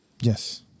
Yes